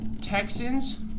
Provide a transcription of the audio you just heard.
Texans